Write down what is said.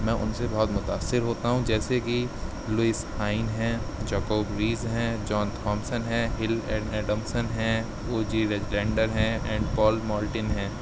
میں ان سے بہت متاثر ہوتا ہوں جیسے کہ لوئس پائن ہیں جوکوگویز ہیں جان تھامسن ہیں ہل اینڈ ایڈمسن ہیں او جی ریجلینڈر ہیں ایم پال مالٹن ہیں